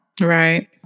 Right